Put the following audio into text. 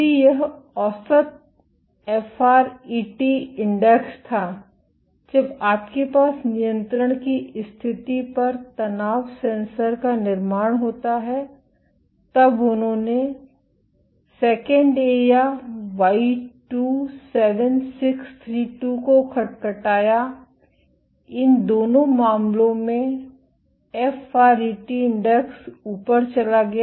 यदि यह औसत एफआरईटी इंडेक्स था जब आपके पास नियंत्रण की स्थिति पर तनाव सेंसर का निर्माण होता है तब उन्होंने IIA या Y27632 को खटखटाया इन दोनों मामलों में एफआरईटी इंडेक्स ऊपर चला गया